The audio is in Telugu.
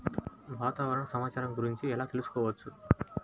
వాతావరణ సమాచారం గురించి ఎలా తెలుసుకోవచ్చు?